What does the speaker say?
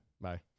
Bye